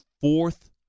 fourth